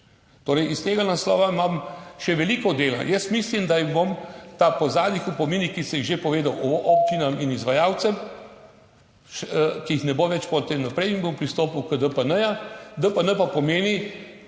Iz tega naslova imam še veliko dela. Jaz mislim, da jim bom po zadnjih opominih, ki sem jih že povedal, občinam in izvajalcem, ki jih ne bo več potem naprej in bom pristopil k DPN. DPN pa pomeni,